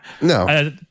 No